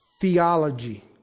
Theology